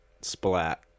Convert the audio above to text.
splat